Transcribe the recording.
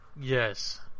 Yes